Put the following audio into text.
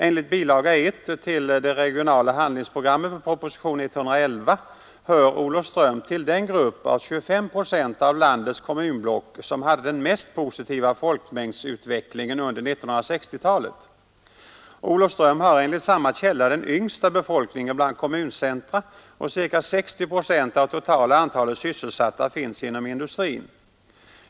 Enligt bilaga 1 till Regionala handlingsprogrammet, proposition 111, hör Olofström till de 25 procent av landets kommunblock som hade den mest positiva folkmängdsutvecklingen under 1960-talet. Olofström har enligt samma källa den yngsta befolkningen bland kommuncentra, och ca 60 procent av totala antalet sysselsatta finns inom industrin.